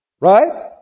Right